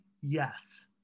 yes